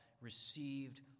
received